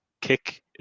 kick